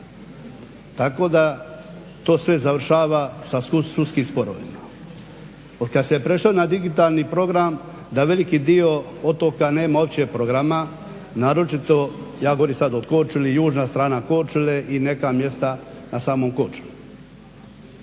Tako da to sve završava sa sudskim sporovima. Otkad se prešlo na digitalni program da veliki dio otoka nema uopće programa, naročito, ja govorim sad o Korčuli, južna strana Korčule i neka mjesta na samoj Koručuli.